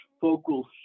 focal